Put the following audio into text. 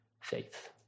faith